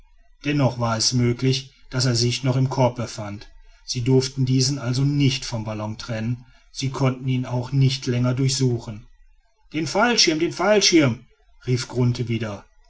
dennoch war es möglich daß er sich noch im korb befand sie durften diesen also nicht vom ballon trennen sie konnten ihn auch nicht länger durchsuchen den fallschirm den fallschirm rief grunthe wieder